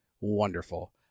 wonderful